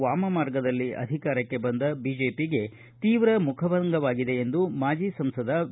ವಾಮಮಾರ್ಗದಲ್ಲಿ ಅಧಿಕಾರಕ್ಕೆ ಬಂದ ಬಿಜೆಪಿಗೆ ತೀವ್ರ ಮುಖಭಂಗವಾಗಿದೆ ಎಂದು ಮಾಜಿ ಸಂಸದ ವಿ